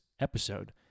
episode